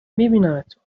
میبینمتون